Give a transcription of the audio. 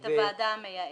את הוועדה המייעצת.